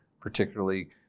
particularly